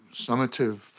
summative